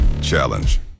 Challenge